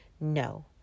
No